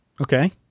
Okay